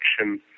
action